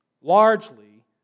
largely